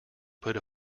put